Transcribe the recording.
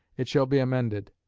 it shall be amended.